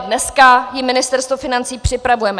Dneska ji Ministerstvo financí připravuje.